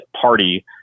party